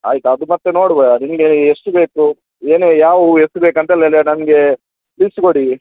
ಆಯ್ತು ಅದು ಮತ್ತು ನೋಡುವಾ ನಿಮಗೆ ಎಷ್ಟು ಬೇಕು ಏನು ಯಾವ ಹೂ ಎಷ್ಟು ಬೇಕಂತೆಲ್ಲಲ್ಲ ನಮಗೆ ಲಿಸ್ಟ್ ಕೊಡಿ